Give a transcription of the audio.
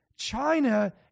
China